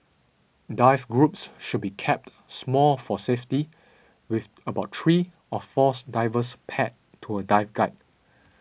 dive groups should be kept small for safety with about three or fours divers paired to a dive guide